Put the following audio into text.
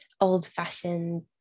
old-fashioned